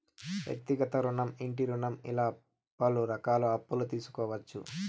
వ్యక్తిగత రుణం ఇంటి రుణం ఇలా పలు రకాలుగా అప్పులు తీసుకోవచ్చు